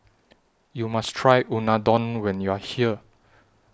YOU must Try Unadon when YOU Are here